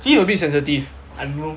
cliff a bit sensitive I don't know